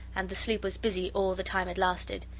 and the sleep was busy all the time it lasted,